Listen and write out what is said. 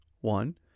One